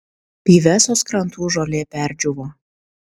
pyvesos krantų žolė perdžiūvo